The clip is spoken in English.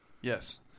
yes